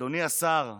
אדוני השר,